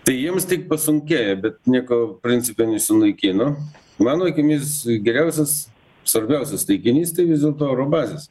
tai jiems tik pasunkėja bet nieko principe nesunaikino mano akimis geriausias svarbiausias taikinys tai vis dėlto oro bazės